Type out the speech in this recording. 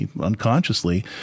unconsciously